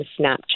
Snapchat